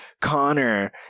Connor